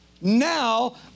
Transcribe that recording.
now